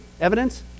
evidence